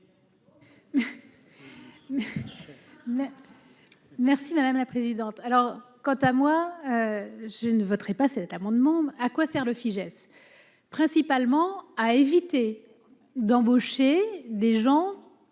Merci madame la présidente, alors quant à moi je ne voterai pas cet amendement : à quoi sert le Fijais principalement à éviter d'embaucher des gens